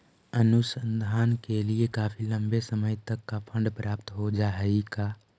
अनुसंधान के लिए काफी लंबे समय तक का फंड प्राप्त हो जा हई का